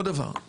עוד דבר.